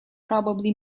probably